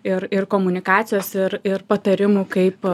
ir ir komunikacijos ir ir patarimų kaip